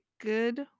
good